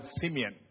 Simeon